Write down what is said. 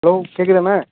hello கேட்குதாண்ண